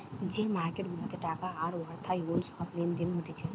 যে মার্কেট গুলাতে টাকা আর অর্থায়ন সব লেনদেন হতিছে